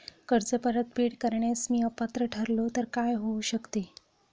कर्ज परतफेड करण्यास मी अपात्र ठरलो तर काय होऊ शकते?